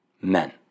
men